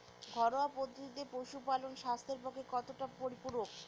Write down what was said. ঘরোয়া পদ্ধতিতে পশুপালন স্বাস্থ্যের পক্ষে কতটা পরিপূরক?